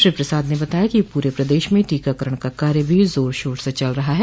श्री प्रसाद ने बताया कि पूरे प्रदेश में टीकाकरण का कार्य भी जोर शोर से चल रहा है